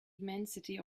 immensity